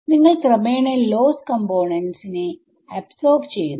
നിങ്ങൾ ക്രമേണ ലോസ്സ് കമ്പോണന്റ്നെ അബ്സോർബ് ചെയ്യുന്നു